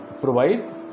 provide